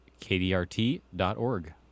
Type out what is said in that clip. kdrt.org